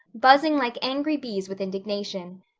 buzzing like angry bees with indignation.